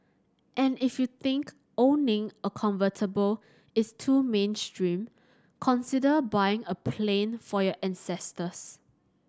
and if you think owning a convertible is too mainstream consider buying a plane for your ancestors